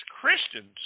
Christians